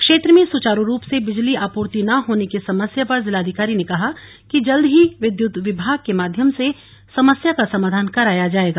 क्षेत्र में सुचारू रूप से बिजली आपूर्ति न होने की समस्या पर जिलाधिकारी ने कहा कि जल्द ही विद्युत विभाग के माध्यम से समस्या का समाधान कराया जाएगा